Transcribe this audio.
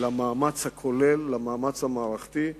למאמץ הכולל, למאמץ המערכתי.